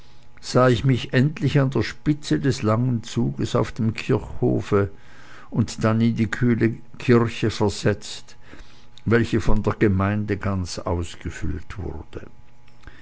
sah ich mich endlich an der spitze des langen zuges auf dem kirchhofe und dann in die kühle kirche versetzt welche von der gemeinde ganz angefüllt wurde